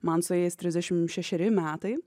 man sueis trisdešim šešeri metai